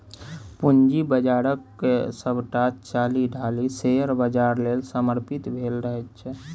पूंजी बाजारक सभटा चालि ढालि शेयर बाजार लेल समर्पित भेल रहैत छै